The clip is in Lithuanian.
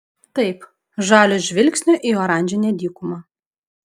taip žalio žvilgsnio į oranžinę dykumą